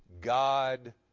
God